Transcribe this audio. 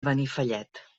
benifallet